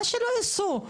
אז שלא ייסעו.